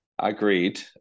Agreed